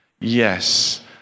Yes